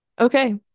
Okay